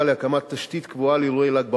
להקמת תשתית קבועה לאירועי ל"ג בעומר,